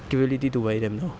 capability to buy them you know